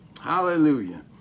Hallelujah